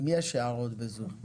אם יש הערות בזום.